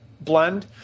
blend